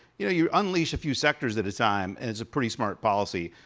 you know, you unleash a few sectors at a time and it's a pretty smart policy.